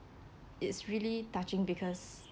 it's really touching because